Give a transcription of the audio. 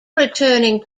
returning